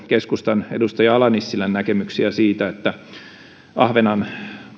keskustan edustaja ala nissilän näkemyksiä siitä että ahvenanmaan